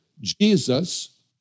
Jesus